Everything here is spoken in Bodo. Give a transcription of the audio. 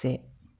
से